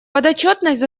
подотчетность